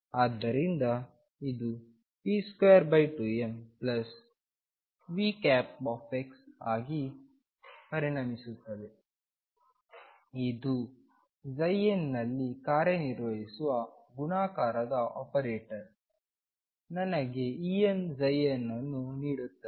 ಆದ್ದರಿಂದ ಇದು p22mV ಆಗಿ ಪರಿಣಮಿಸುತ್ತದೆ ಇದು n ನಲ್ಲಿ ಕಾರ್ಯನಿರ್ವಹಿಸುವ ಗುಣಾಕಾರದ ಆಪರೇಟರ್ ನನಗೆEnnಅನ್ನು ನೀಡುತ್ತದೆ